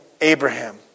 Abraham